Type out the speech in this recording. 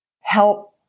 help